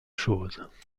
choses